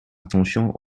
attention